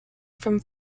from